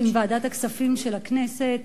עם ועדת הכספים של הכנסת,